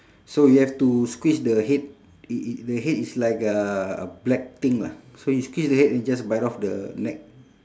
so you have to squeeze the head i~ i~ the head is like a black thing lah so you squeeze the head then you just bite off the neck